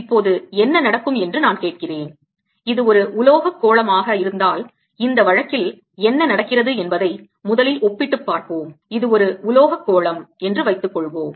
இப்போது என்ன நடக்கும் என்று நான் கேட்கிறேன் இது ஒரு உலோகக் கோளமாக இருந்தால் இந்த வழக்கில் என்ன நடக்கிறது என்பதை முதலில் ஒப்பிட்டுப் பார்ப்போம் இது ஒரு உலோகக் கோளம் என்று வைத்துக்கொள்வோம்